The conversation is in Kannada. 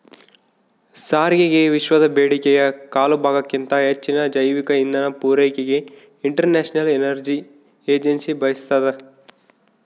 ಸಾರಿಗೆಗೆವಿಶ್ವದ ಬೇಡಿಕೆಯ ಕಾಲುಭಾಗಕ್ಕಿಂತ ಹೆಚ್ಚಿನ ಜೈವಿಕ ಇಂಧನ ಪೂರೈಕೆಗೆ ಇಂಟರ್ನ್ಯಾಷನಲ್ ಎನರ್ಜಿ ಏಜೆನ್ಸಿ ಬಯಸ್ತಾದ